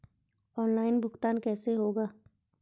Online भुगतान कैसे होगा?